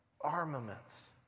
armaments